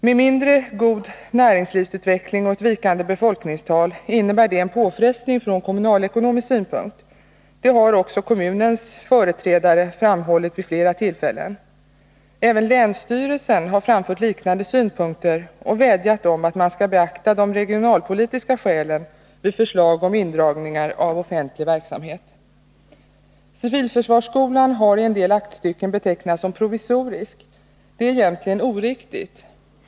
Den mindre goda näringslivsutvecklingen och ett vikande befolkningstal innebär en påfrestning från kommunalekonomisk synpunkt. Detta har kommunens företrädare också vid flera tillfällen framhållit. Även länsstyrelsen har framfört liknande synpunkter och vädjat om att man skall beakta de regionalpolitiska skälen vid förslag om indragningar av offentlig verksamhet. Civilförsvarsskolan har i en del aktstycken betecknats som provisorisk. Detta är egentligen oriktigt.